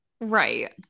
right